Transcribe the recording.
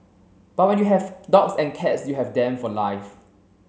but when you have dogs and cats you have them for life